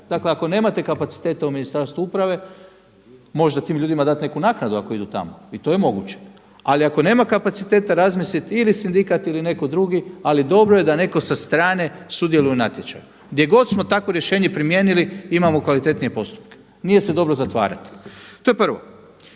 Dakle ako nemate kapaciteta u Ministarstvu uprave, možda tim ljudima dati neku naknadu ako idu tamo i to je moguće, ali ako nema kapaciteta razmisliti ili sindikat ili neko drugi, ali dobro je da neko sa strane sudjeluje u natječaju. Gdje god smo takvo rješenje primijenili imamo kvalitetnije postupke, nije se dobro zatvarati. To je prvo.